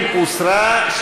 70 הוסרה.